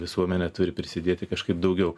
visuomenė turi prisidėti kažkaip daugiau